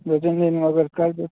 दो तीन दिन में अगर कर दे